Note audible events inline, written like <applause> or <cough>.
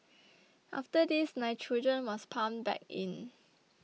<noise> after this nitrogen was pumped back in